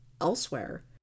elsewhere